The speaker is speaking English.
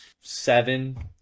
seven